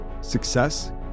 Success